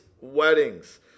weddings